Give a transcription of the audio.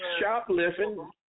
shoplifting